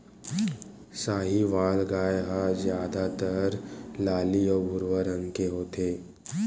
साहीवाल गाय ह जादातर लाली अउ भूरवा रंग के होथे